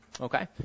Okay